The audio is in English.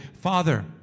Father